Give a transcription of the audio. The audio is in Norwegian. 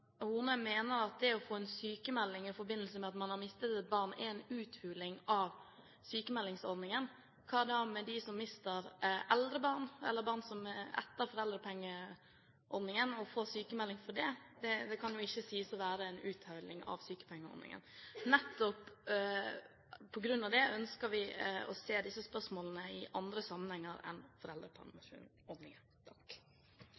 Horne mener at det å få en sykmelding i forbindelse med at man har mistet et barn, er en uthuling av sykmeldingsordningen. Hva da med dem som mister eldre barn eller mister barn etter foreldrepengeordningen, og får sykmelding for det? Det kan ikke sies å være en uthuling av sykepengeordningen. Nettopp på grunn av dette ønsker vi å se disse spørsmålene i andre sammenhenger enn